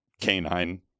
Canine